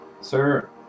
sir